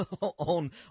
on